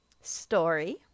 Story